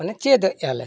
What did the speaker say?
ᱢᱟᱱᱮ ᱪᱮᱫ ᱮᱭᱟ ᱞᱮ